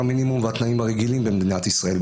המינימום והתנאים הרגילים במדינת ישראל.